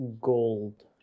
gold